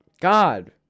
God